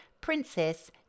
Princess